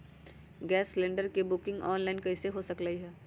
Gas cylinder के booking online कईसे हो सकलई ह?